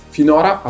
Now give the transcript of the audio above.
Finora